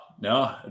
no